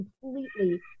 completely